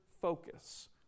focus